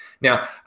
now